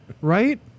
Right